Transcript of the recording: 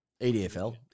EDFL